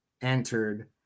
entered